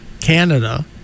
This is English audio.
Canada